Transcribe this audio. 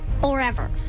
forever